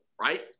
right